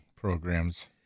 programs